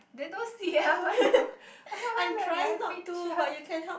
they don't see ah why you why why look at my picture